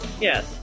Yes